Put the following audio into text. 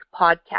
Podcast